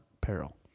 peril